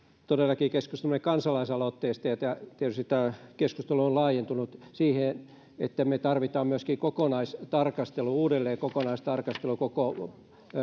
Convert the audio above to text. todellakin keskustelemme kansalaisaloitteesta ja tietysti tämä keskustelu on laajentunut siihen että me tarvitsemme myöskin kokonaistarkastelua uudelleen nimenomaan koko